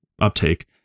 uptake